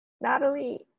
Natalie